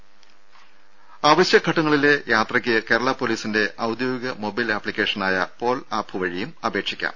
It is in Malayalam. ദ്ദേ അവശ്യഘട്ടങ്ങളിലെ യാത്രയ്ക്ക് കേരളപോലീസിന്റെ ഔദ്യോഗിക മൊബൈൽ അപ്പിക്കേഷനായ പോൽ ആപ്പ് വഴിയും അപേക്ഷിക്കാം